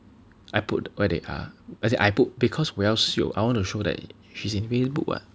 I put where they are as in I put because 我要 show I want to show that she's in Facebook what